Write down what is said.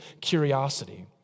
curiosity